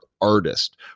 artist